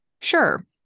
Sure